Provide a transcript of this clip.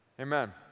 amen